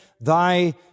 thy